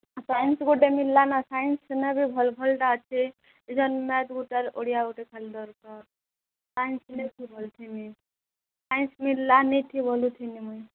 science ଗୋଟେ ମିଲଲା ନା ସାଇନ୍ସ ସେନେ ବି ଭଲ ଭଲଟା ଅଛି ଓଡ଼ିଆ ଗୋଟେ ଖାଲି ଦରକାର ସାଇନ୍ସ ସାଇନ୍ସ ମିଲଲା ନେଇ ଥି ବୋଲୁଥିନି ମୁଇଁ